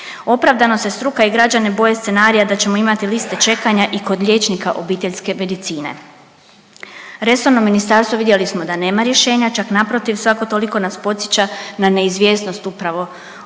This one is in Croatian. Opravdano se struka i građani boje scenarija da ćemo imati liste čekanja i kod liječnika obiteljske medicine. Resorno ministarstvo vidjeli smo da nema rješenja čak naprotiv svako toliko nas podsjeća na neizvjesnost upravo u sustavu